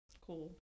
cool